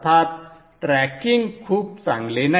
अर्थात ट्रॅकिंग खूप चांगले नाही